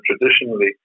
traditionally